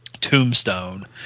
Tombstone